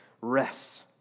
rests